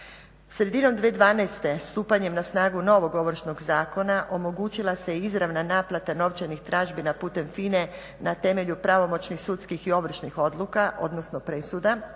Sredinom 2012.stupanjem na snagu novog Ovršnog zakona omogućila se izravna naplata novčanih tražbina putem FINA-e na temelju pravomoćnih sudskih i ovršnih odluka odnosno presuda,